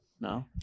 No